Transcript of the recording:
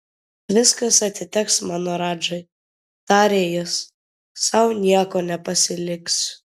viskas atiteks mano radžai tarė jis sau nieko nepasiliksiu